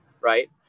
Right